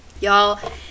Y'all